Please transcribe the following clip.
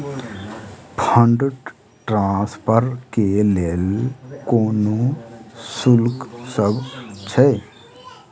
Fund transfer केँ लेल कोनो शुल्कसभ छै?